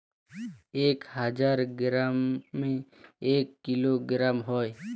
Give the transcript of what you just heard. এক হাজার গ্রামে এক কিলোগ্রাম হয়